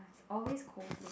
it's always Coldplay